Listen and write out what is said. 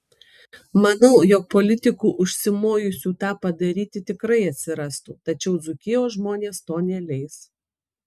manau jog politikų užsimojusių tą padaryti tikrai atsirastų tačiau dzūkijos žmonės to neleis